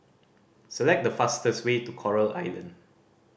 select the fastest way to Coral Island